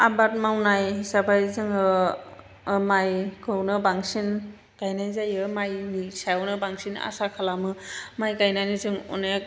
आबाद मावनाय हिसाबै जोङो माइखौनो बांसिन गायनाय जायो माइनि सायावनो बांसिन आसा खालामो माइ गायनानै जों अनेख